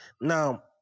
Now